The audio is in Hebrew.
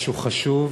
משהו חשוב.